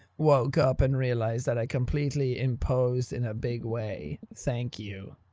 woke up and realized that i completely imposed in a big way. thank you.